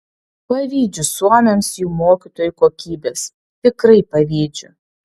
pavydžiu suomiams jų mokytojų kokybės tikrai pavydžiu